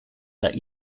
that